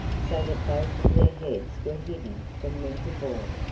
so that both of their heads were hidden from winterbourne.